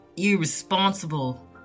irresponsible